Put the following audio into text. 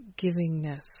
givingness